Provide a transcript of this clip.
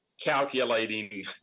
calculating